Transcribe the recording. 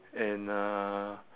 and uh